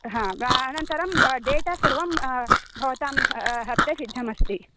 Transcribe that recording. अनन्तरं डेटा सर्वं भवतां हस्ते सिद्धमस्ति